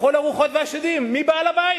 לכל הרוחות והשדים, מי בעל הבית?